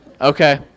Okay